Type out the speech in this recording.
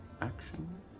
Action